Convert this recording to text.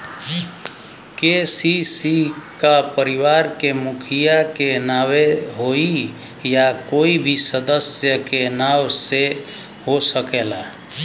KCC का परिवार के मुखिया के नावे होई या कोई भी सदस्य के नाव से हो सकेला?